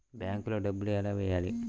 బ్యాంక్లో డబ్బులు ఎలా వెయ్యాలి?